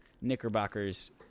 knickerbockers